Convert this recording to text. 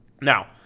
Now